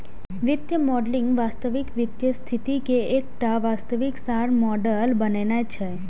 वित्तीय मॉडलिंग वास्तविक वित्तीय स्थिति के एकटा वास्तविक सार मॉडल बनेनाय छियै